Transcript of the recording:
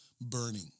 burning